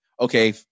Okay